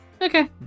okay